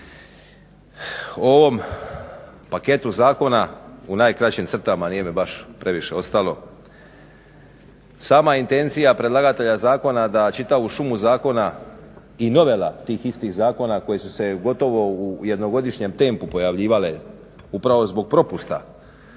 O ovom paketu zakona u najkraćim crtama, nije mi baš previše ostalo. Sama intencija predlagatelja zakona je da čitavu šumu zakona i novela tih istih zakona koji su se gotovo u jednogodišnjem tempu pojavljivale upravo zbog propusta